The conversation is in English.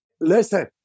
listen